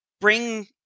bring